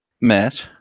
matt